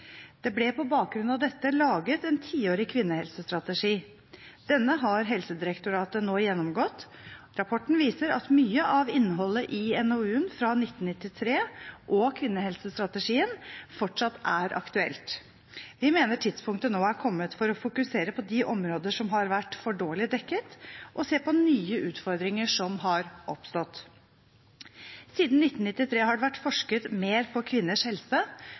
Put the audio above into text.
Det ble på bakgrunn av dette laget en tiårig kvinnehelsestrategi. Denne har Helsedirektoratet nå gjennomgått. Rapporten viser at mye av innholdet i NOU-en fra 1999 og kvinnehelsestrategien fortsatt er aktuelt. Vi mener tidspunktet nå er kommet for å fokusere på de områder som har vært for dårlig dekket, og se på nye utfordringer som har oppstått. Siden 1999 har det vært forsket mer på kvinners helse,